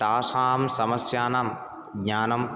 तासां समस्यानां ज्ञानं